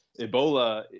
Ebola